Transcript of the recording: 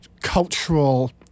cultural